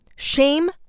Shame